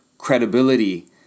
credibility